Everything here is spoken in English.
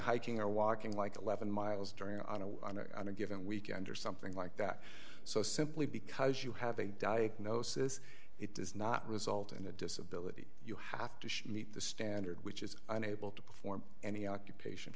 hiking or walking like eleven miles during on a on a given weekend or something like that so simply because you have a diagnosis it does not result in a disability you have to meet the standard which is unable to perform any occupation